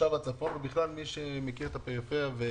כתושב הצפון וכמי שמכיר את הפריפריה.